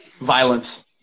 violence